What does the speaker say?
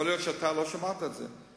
יכול להיות שאתה לא שמעת את זה,